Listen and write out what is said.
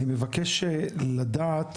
אני מבקש לדעת